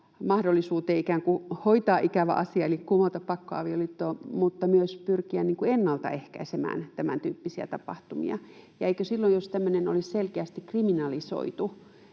mahdollisuuteen ikään kuin hoitaa ikävä asia, eli kumota pakkoavioliitto, vaan myös pyrkiä ennaltaehkäisemään tämäntyyppisiä tapahtumia. Ja eikö se silloin, jos tämmöinen olisi selkeästi kriminalisoitu,